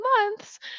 months